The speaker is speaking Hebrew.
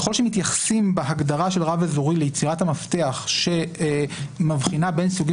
אבל ככל שמתייחסים בהגדרה של רב אזורי ליצירת המפתח שמבחינה בין סוגים